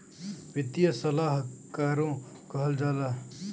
वित्तीय सलाहकारो कहल जाला